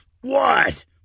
What